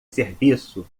serviço